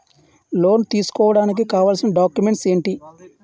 Loan తీసుకోడానికి కావాల్సిన documents ఎంటి?